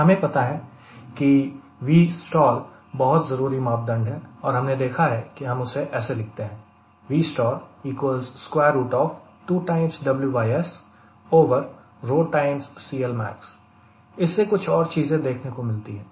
हमें पता है Vstall कि बहुत जरूरी मापदंड है और हमने देखा है कि हम उसे ऐसे लिखते हैं इससे कुछ और चीजें देखने को मिलती है